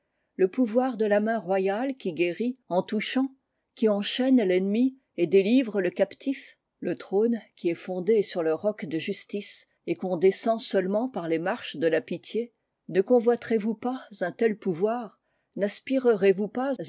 le pouvoir de la main royale qui guérit en touchant qui enchaîne l'ennemi et délivre le captif le trône qui est fondé sur le roc de justice et qu'on descend seulement par les marches de la pitié a ne convoiterez vous pas un tel pouvoir naspirerez vous pas